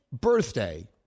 birthday